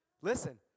Listen